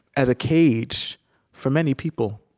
as a cage for many people